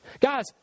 Guys